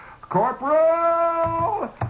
Corporal